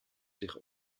zich